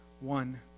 one